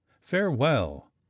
Farewell